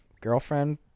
girlfriend